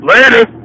Later